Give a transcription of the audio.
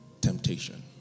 temptation